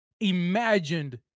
imagined